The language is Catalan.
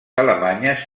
alemanyes